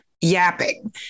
yapping